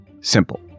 simple